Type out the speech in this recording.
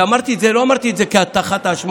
כשאמרתי את זה, לא אמרתי את זה כהטחת אשמה.